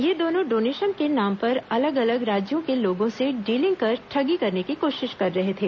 ये दोनों डोनेशन के नाम पर अलग अलग राज्यों के लोगों से डीलिंग कर ठगी करने की कोशिश कर रहे थे